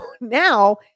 now